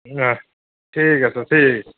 হয় ঠিক আছে ঠিক